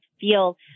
feel